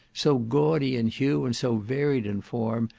so gaudy in hue, and so varied in form,